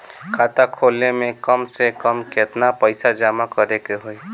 खाता खोले में कम से कम केतना पइसा जमा करे के होई?